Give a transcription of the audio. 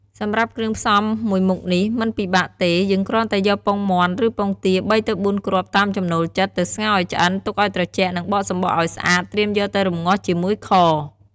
សម្រាប់គ្រឿងផ្សំមួយមុខនេះ មិនពិបាកទេ យើងគ្រាន់តែយកពងមាន់ ឬពងទា ៣ទៅ៤គ្រាប់ តាមចំណូលចិត្ត ទៅស្ងោរឱ្យឆ្អិន ទុកឱ្យត្រជាក់ និងបកសំបកឱ្យស្អាត ត្រៀមយកទៅរំងាស់ជាមួយខ។